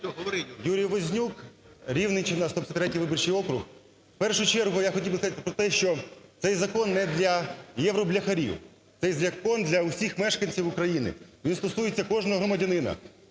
Юрій Вознюк, Рівненщина, 153 виборчий округ. В першу чергу я хотів би сказати про те, що цей закон не для "євробляхарів", цей закон для усіх мешканців України, він стосується кожного громадянина,